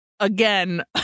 Again